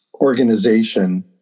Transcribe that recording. organization